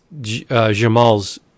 Jamal's